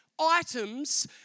items